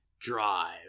Drive